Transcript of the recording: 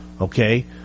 ...okay